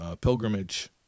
pilgrimage